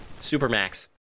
Supermax